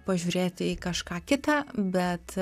pažiūrėti į kažką kitą bet